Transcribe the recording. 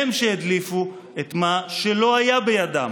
הם שהדליפו את מה שלא היה בידם,